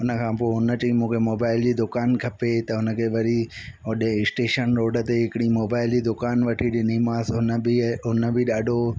उन खां पोइ हुन चयईं मूंखे मोबाइल जी दुकानु खपे त हुन खे वरी होॾे स्टेशन रोड ते हिकिड़ी मोबाइल जी दुकानु वठी ॾिनीमासि उन बि ए उन बि ॾाढो